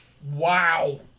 Wow